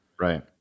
Right